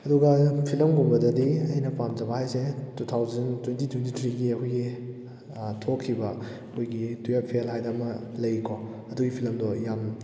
ꯑꯗꯨꯒ ꯐꯤꯂꯝꯒꯨꯝꯕꯗꯗꯤ ꯑꯩꯅ ꯄꯥꯝꯖꯕ ꯍꯥꯏꯁꯦ ꯇꯨ ꯊꯥꯎꯖꯟ ꯇ꯭ꯋꯦꯟꯇꯤ ꯇ꯭ꯋꯦꯟꯇꯤ ꯊ꯭ꯔꯤꯒꯤ ꯑꯩꯈꯣꯏꯒꯤ ꯊꯣꯛꯈꯤꯕ ꯑꯩꯈꯣꯏꯒꯤ ꯇꯨꯋꯦꯜꯞ ꯐꯦꯜ ꯍꯥꯏꯅ ꯑꯃ ꯂꯩꯀꯣ ꯑꯗꯨꯒꯤ ꯐꯤꯂꯝꯗꯣ ꯌꯥꯝ